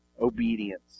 Obedience